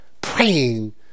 praying